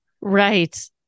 Right